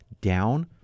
down